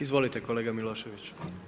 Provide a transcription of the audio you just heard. Izvolite kolega Milošević.